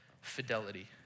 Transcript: fidelity